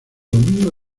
domingo